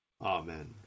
Amen